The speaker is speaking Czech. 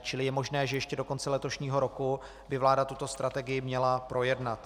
Čili je možné, že ještě do konce letošního roku by vláda tuto strategii měla projednat.